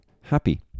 happy